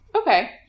Okay